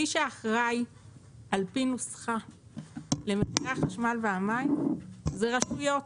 מי שאחראי על פי נוסחה למחירי החשמל והמים זה הרשויות,